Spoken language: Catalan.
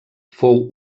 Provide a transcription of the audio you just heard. fou